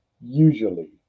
usually